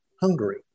Hungary